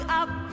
up